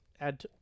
add